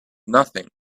nothing